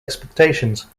expectations